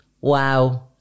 Wow